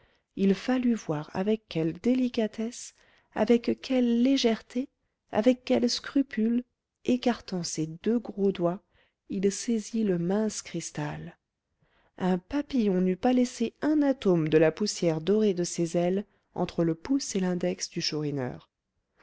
il fallut voir avec quelle délicatesse avec quelle légèreté avec quel scrupule écartant ses deux gros doigts il saisit le mince cristal un papillon n'eût pas laissé un atome de la poussière dorée de ses ailes entre le pouce et l'index du